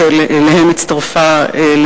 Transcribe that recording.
שאליהם הצטרפה היום,